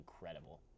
incredible